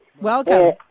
Welcome